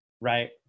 Right